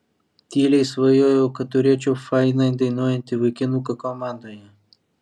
tyliai svajojau kad turėčiau fainai dainuojantį vaikinuką komandoje